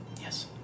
Yes